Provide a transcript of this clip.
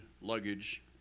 luggage